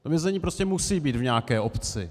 To vězení prostě musí být v nějaké obci.